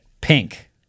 pink